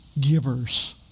givers